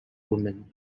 women